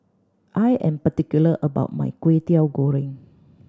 I am particular about my Kwetiau Goreng